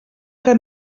que